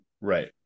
right